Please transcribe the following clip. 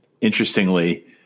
Interestingly